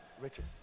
Riches